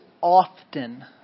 often